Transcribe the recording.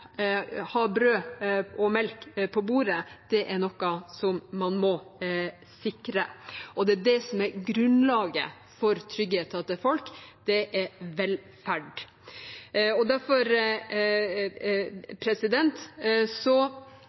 og melk på bordet er noe man må sikre, det er det som er grunnlaget for tryggheten til folk, det er velferd. Derfor